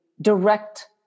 direct